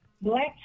Black